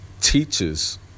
teaches